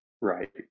Right